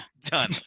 Done